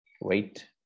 Wait